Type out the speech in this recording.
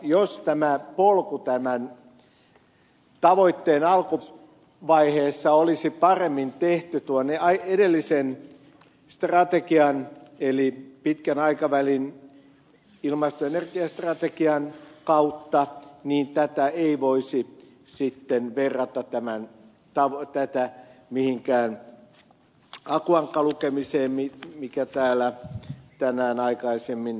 jos tämä polku tämän tavoitteen alkuvaiheessa olisi paremmin tehty tuon edellisen strategian eli pitkän aikavälin ilmasto ja energiastrategian kautta niin tätä ei voisi sitten verrata mihinkään aku ankkaan mitä täällä tänään aikaisemmin ed